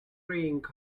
ring